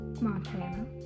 Montana